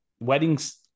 Weddings